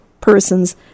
persons